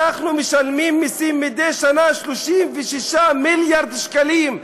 אנחנו משלמים מסים מדי שנה 36 מיליארד שקלים,